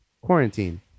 Quarantine